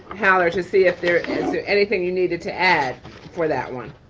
holler to see if there is anything you needed to add for that one.